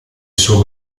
suo